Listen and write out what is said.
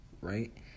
right